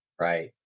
Right